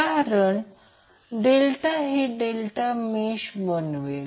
कारण डेल्टा हे delta mesh बनवेल